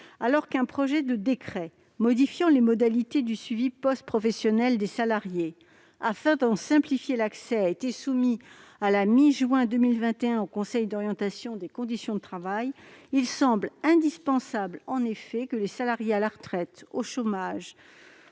Alors qu'un projet de décret modifiant les modalités du suivi post-professionnel des salariés, afin d'en simplifier l'accès, a été soumis à la mi-juin 2021 au Conseil d'orientation des conditions de travail (COCT), il semble indispensable que les salariés à la retraite, au chômage